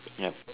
yup